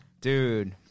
dude